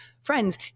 friends